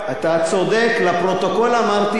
לפרוטוקול אמרתי שלצערי,